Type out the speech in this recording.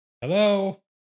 Hello